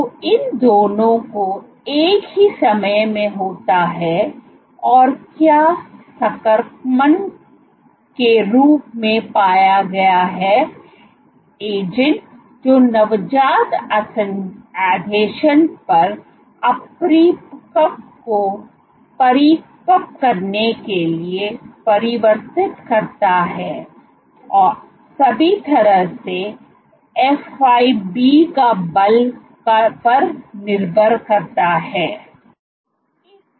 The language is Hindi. तो इन दोनों को एक ही समय में होता है और क्या संक्रमण के रूप में पाया गया है एजेंट जो नवजात आसंजन पर अपरिपक्व को परिपक्व करने के लिए परिवर्तित करता है सभी तरह से fib एक बल पर निर्भर करता है